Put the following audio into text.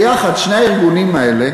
ביחד שני הארגונים האלה